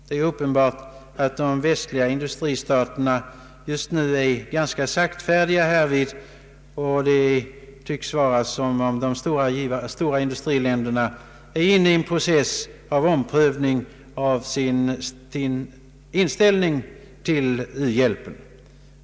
Det är uppenbart att de västliga industristaterna nu är saktfärdiga härvidlag, och det tycks som om flera av dem är inne i en process av omprövning av sin inställning till u-hjälpen.